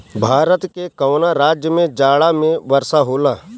भारत के कवना राज्य में जाड़ा में वर्षा होला?